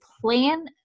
plan